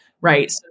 right